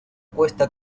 cuesta